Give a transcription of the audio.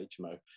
hmo